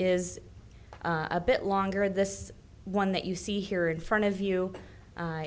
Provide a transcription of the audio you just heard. is a bit longer this one that you see here in front of you